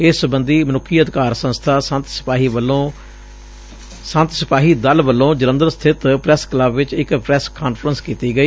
ਇਸ ਸਬੰਧੀ ਮਨੁੱਖੀ ਅਧਿਕਾਰ ਸੰਸਬਾ ਸੰਤ ਸਿਪਾਹੀ ਦਲ ਵਲੋਂ ਜਲੰਧਰ ਸਬਿਤ ਪੈਸ ਕਲੱਬ ਵਿਚ ਇਕ ਪੈਸ ਕਾਨਫਰੰਸ ਕੀਤੀ ਗਈ